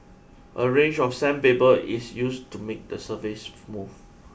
a range of sandpaper is used to make the surface smooth